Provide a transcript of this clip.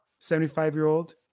75-year-old